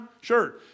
Sure